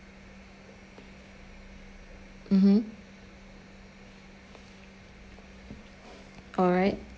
mmhmm alright